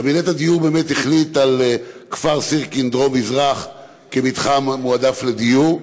קבינט הדיור החליט על כפר סירקין דרום-מזרח כמתחם מועדף לדיור,